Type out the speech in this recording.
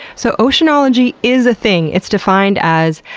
so, oceanology is a thing. it's defined as,